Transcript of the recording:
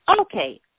Okay